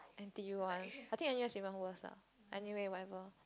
N_T_U one I think N_U_S even worst ah anyway whatever